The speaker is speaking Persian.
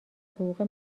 حقوق